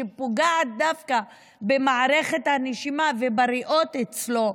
שפוגעת דווקא במערכת הנשימה ובריאות אצלו,